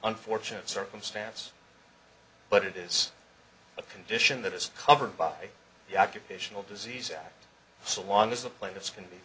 unfortunate circumstance but it is a condition that is covered by the occupational disease act so long as the plaintiffs can